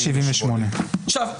ההסתייגות הוסרה, הסתייגות 178, בבקשה.